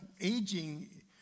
aging